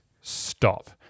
Stop